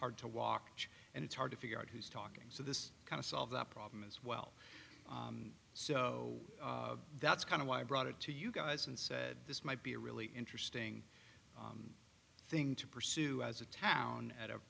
hard to walk and it's hard to figure out who's talking so this kind of solve that problem as well so that's kind of why i brought it to you guys and said this might be a really interesting thing to pursue as a town at a